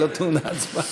היא לא טעונה הצבעה.